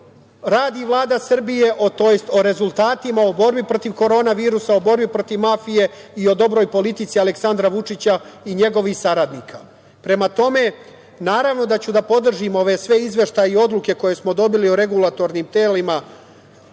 radi Vlada Srbije, tj. o rezultatima, o borbi protiv korona virusa, o borbi protiv mafije i o dobroj politici Aleksandra Vučića i njegovih saradnika. Prema tome, naravno da ću da podržim sve ove izveštaje i odluke koje smo dobili o regulatornim telima,